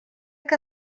que